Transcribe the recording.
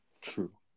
True